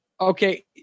Okay